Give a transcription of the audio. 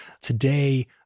Today